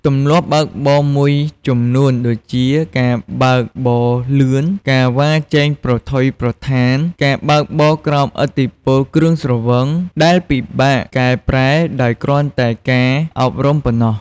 ទម្លាប់បើកបរមួយចំនួនដូចជា ការបើកបរលឿន ការវ៉ាជែងប្រថុយប្រថាន ការបើកបរក្រោមឥទ្ធិពលគ្រឿងស្រវឹងដែលពិបាកកែប្រែដោយគ្រាន់តែការអប់រំប៉ុណ្ណោះ។